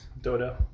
Dodo